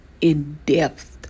in-depth